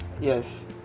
Yes